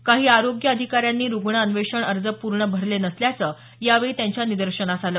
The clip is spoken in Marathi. काही आरोग्य अधिकाऱ्यांनी रुग्ण अन्वेषण अर्ज पूर्ण भरले नसल्याचं यावेळी त्यांच्या निदर्शनास आलं